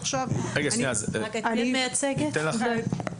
את מי את מייצגת?